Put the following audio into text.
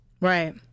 Right